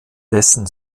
dessen